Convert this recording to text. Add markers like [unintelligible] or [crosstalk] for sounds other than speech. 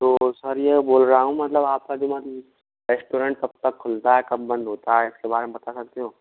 तो सर ये बोल रहा हूँ मतलब आपका [unintelligible] रेस्टोरेंट कब तक खुलता है कब बंद होता है इसके बारे में बता सकते हो